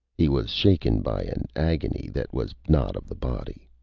he was shaken by an agony that was not of the body.